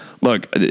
look